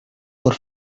por